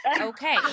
okay